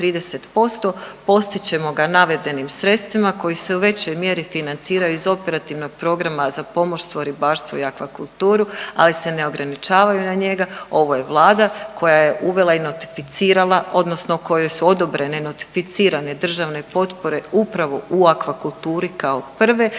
Postići ćemo ga navedenim sredstvima koji se u većoj mjeri financiraju iz Operativnog prometa za pomorstvo, ribarstvo i akvakulturu, ali se ne ograničavaju na njega. Ovo je Vlada koja je uvela i notificirala odnosno kojoj su odobrene notificirane državne potpore upravo u akvakulturi kao prve,